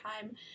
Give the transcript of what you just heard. time